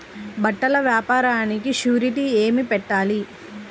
బట్టల వ్యాపారానికి షూరిటీ ఏమి పెట్టాలి?